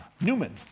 Newman